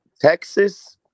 Texas